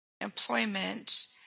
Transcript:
employment